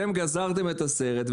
אתם גזרתם את הסרט,